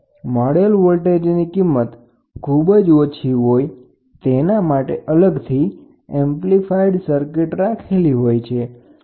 છતાં મળેલ વોલ્ટેજની કિંમત ખૂબ જ ઓછી હોય તો તેને એમ્પ્લીફાઇડ કરાય છે તેના માટે અલગથી એમ્પ્લીફાયર સર્કિટ રાખેલી હોય છે